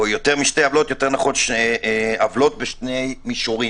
או יותר משתי עוולות עוולות בשתי רמות: